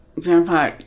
Grandpa